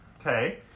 Okay